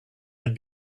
had